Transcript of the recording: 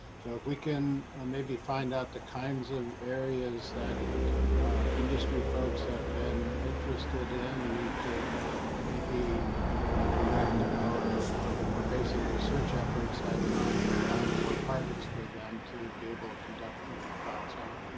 so if we can maybe find out the kinds of areas that industry folks have been interested in, we could maybe direct our more basic research efforts at trying to find more targets for them to be able to conduct clinical trials on.